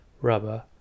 rubber